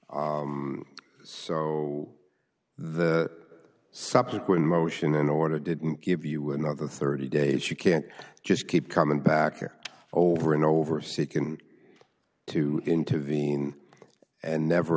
circumstances so the subsequent motion an order didn't give you another thirty days you can't just keep coming back here over and over seeking to intervene and never